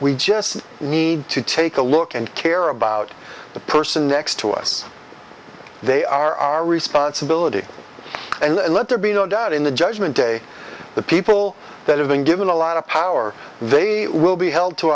we just need to take a look and care about the person next to us they are our responsibility and let there be no doubt in the judgment day the people that have been given a lot of power they will be held to